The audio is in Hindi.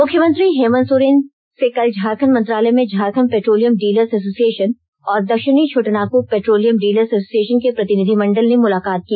मुख्यमंत्री हेमन्त सोरेन से कल झारखंड मंत्रालय में झारखंड पेट्रोलियम डीलर्स एसोसिएशन और दक्षिणी छोटानागपुर पेट्रोलियम डीलर्स एसोसिएशन के प्रतिनिधिमंडल ने मुलाकात की